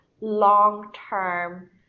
long-term